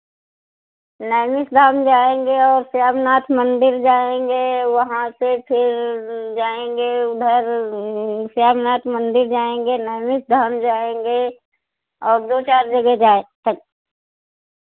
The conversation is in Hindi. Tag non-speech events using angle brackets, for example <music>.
नैमिष धाम जाएंगे और त्याग नाथ मंदिर जाएंगे वहाँ से फिर जाएंगे उधर त्याग नाथ मंदिर जाएंगे नैमिष धाम जाएंगे और दो चार जगह जा <unintelligible>